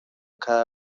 cada